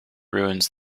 ruins